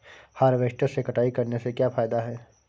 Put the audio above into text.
Harvester से कटाई करने से क्या फायदा है?